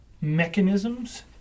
mechanisms